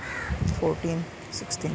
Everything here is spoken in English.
fourteen sixteen